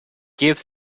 give